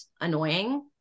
annoying